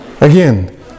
Again